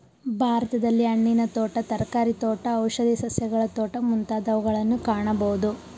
ಭಾರತದಲ್ಲಿ ಹಣ್ಣಿನ ತೋಟ, ತರಕಾರಿ ತೋಟ, ಔಷಧಿ ಸಸ್ಯಗಳ ತೋಟ ಮುಂತಾದವುಗಳನ್ನು ಕಾಣಬೋದು